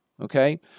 Okay